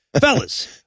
Fellas